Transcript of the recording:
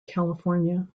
california